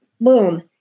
boom